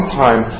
time